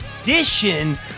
edition